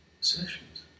sessions